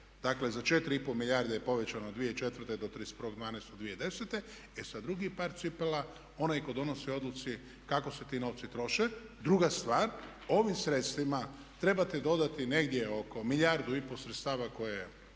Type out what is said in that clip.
četiri i pol milijarde je povećano 2004. do 31.12.2010. E sad drugi je par cipela onaj tko donosi o odluci kako se ti novci troše. Druga stvar, ovim sredstvima trebate dodati negdje oko milijardu i pol sredstava koje